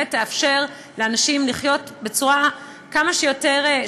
שבאמת תאפשר לאנשים לחיות בצורה כמה שיותר,